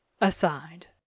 aside